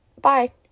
bye